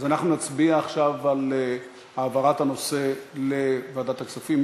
אז אנחנו נצביע עכשיו על העברת הנושא לוועדת הכספים.